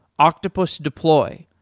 octopus deploy,